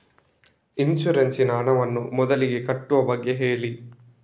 insurance ನ ಹಣವನ್ನು ಮೊದಲಿಗೆ ಕಟ್ಟುವ ಬಗ್ಗೆ ಹೇಳಿ